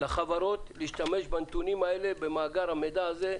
לחברות להשתמש בנתונים האלה, במאגר המידע הזה,